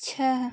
छह